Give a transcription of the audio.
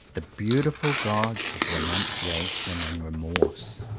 the beautiful gods of renunciation and remorse.